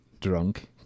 drunk